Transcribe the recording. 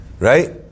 Right